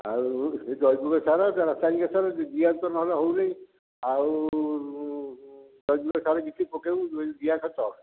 ଆଉ ସେହି ଜୈବିକ ସାର ବା ରାସାୟନିକ ସାର ଜିଆ ତ ନହେଲେ ହେଉନାହିଁ ଆଉ ଜୈବିକ ସାର କିଛି ପକେଇବୁ ସେହି ଜିଆ ଖତ